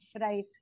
right